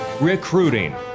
recruiting